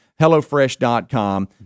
hellofresh.com